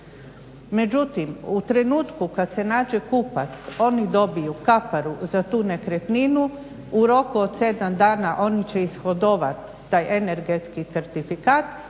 međutim u trenutku kad se nađe kupac oni dobiju kaparu za tu nekretninu, u roku od 7 dana oni će ishodovat taj energetski certifikat